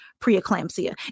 preeclampsia